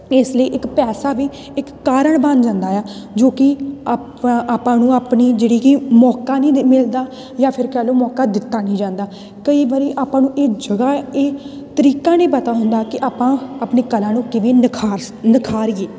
ਇਸ ਲਈ ਇੱਕ ਪੈਸਾ ਵੀ ਇੱਕ ਕਾਰਨ ਬਣ ਜਾਂਦਾ ਆ ਜੋ ਕਿ ਆਪਾਂ ਆਪਾਂ ਨੂੰ ਆਪਣੀ ਜਿਹੜੀ ਕਿ ਮੌਕਾ ਨਹੀਂ ਦ ਮਿਲਦਾ ਜਾਂ ਫਿਰ ਕਹਿ ਲਓ ਮੌਕਾ ਦਿੱਤਾ ਨਹੀਂ ਜਾਂਦਾ ਕਈ ਵਾਰ ਆਪਾਂ ਨੂੰ ਇਹ ਜਗ੍ਹਾ ਇਹ ਤਰੀਕਾਂ ਨਹੀਂ ਪਤਾ ਹੁੰਦਾ ਕਿ ਆਪਾਂ ਆਪਣੀ ਕਲਾ ਨੂੰ ਕਿਵੇਂ ਨਿਖਾਰ ਨਿਖਾਰੀਏ